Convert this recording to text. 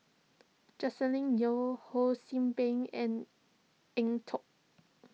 Joscelin Yeo Ho See Beng and Eng Tow